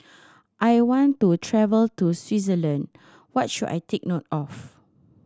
I want to travel to Switzerland what should I take note of